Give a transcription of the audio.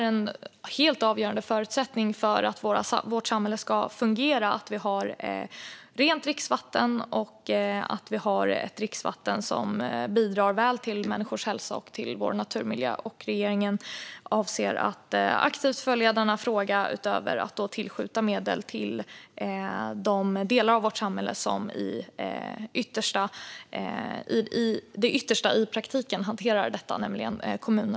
En helt avgörande förutsättning för att vårt samhälle ska fungera är att vi har rent dricksvatten, ett dricksvatten som bidrar väl till människors hälsa och till vår naturmiljö. Regeringen avser att aktivt följa denna fråga utöver att vi tillskjuter medel till de delar av vårt samhälle som ytterst i praktiken hanterar detta, nämligen kommunerna och länsstyrelserna.